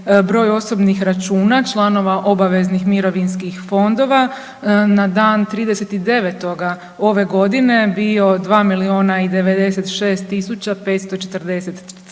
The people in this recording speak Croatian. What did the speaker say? broj osobnih računa članova obaveznih mirovinskih fondova na dan 30.9. ove godine bio 2 miliona i 96 tisuća 543